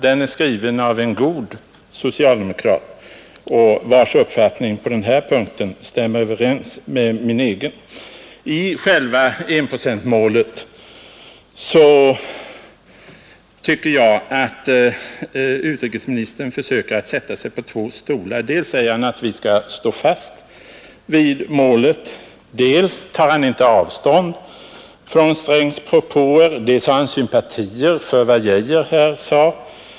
Den är skriven av en god socialdemokrat, vars uppfattning på den här punkten stämmer överens med min egen. I fråga om själva enprocentsmålet tycker jag att utrikesministern försöker sätta sig på två stolar. Dels säger han att vi skall stå fast vid målet, dels tar han inte avstånd från herr Strängs propåer, och han har sympatier för vad herr Arne Geijer sade.